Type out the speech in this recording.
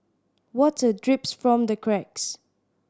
water drips from the cracks